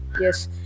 Yes